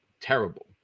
terrible